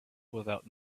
without